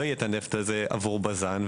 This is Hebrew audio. לא יהיה נפט עבור בז"ן,